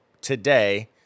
today